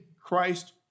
Christ